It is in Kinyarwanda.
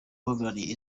uhagarariye